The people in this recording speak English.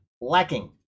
lacking